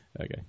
Okay